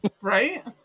Right